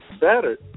battered